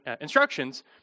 instructions